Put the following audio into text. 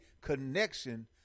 connection